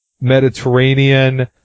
Mediterranean